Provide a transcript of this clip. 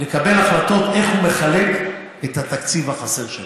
לקבל החלטות איך הוא מחלק את התקציב החסר שלו.